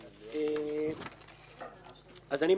אדוני היושב-ראש,